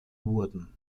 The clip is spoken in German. wurden